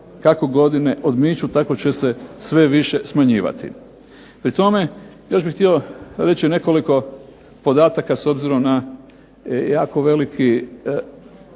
kako godine odmiču tako će se sve više smanjivati. Pri tome, još bih htio reći nekoliko podataka s obzirom na jako veliki,